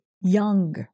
young